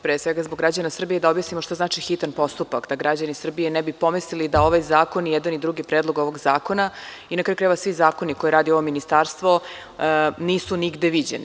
Pre svega, zbog građana Srbije, da objasnim šta znači hitan postupak, da građani Srbije ne bi pomislili da ovaj zakon, i jedan idrugi predlog ovog zakona, i na kraju krajeva, svi zakoni koje radi ovo ministarstvo nisu nigde viđeni.